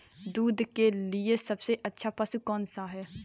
दूध के लिए सबसे अच्छा पशु कौनसा है?